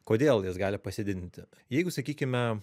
kodėl jis gali pasididinti jeigu sakykime